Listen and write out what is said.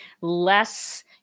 less